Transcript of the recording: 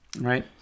right